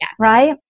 right